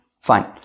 Fine